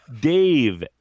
Dave